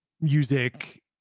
music